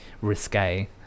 risque